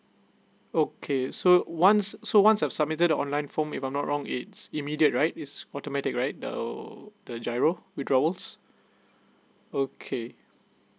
okay so once so once I submitted the online form if I'm not wrong it's immediate right is automatic right the the giro withdrawals okay